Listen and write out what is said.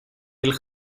del